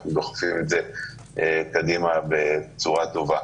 אנחנו דוחפים את זה קדימה בצורה טובה.